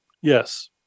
Yes